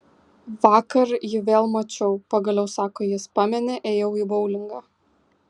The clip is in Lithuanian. vakar jį vėl mačiau pagaliau sako jis pameni ėjau į boulingą